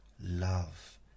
love